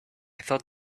thought